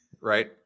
Right